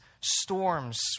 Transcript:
storms